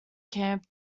camp